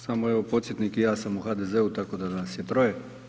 Samo evo podsjetnik i ja sam u HDZ-u tako da nas je troje.